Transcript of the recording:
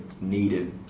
needed